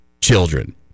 children